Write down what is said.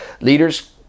leaders